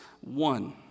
one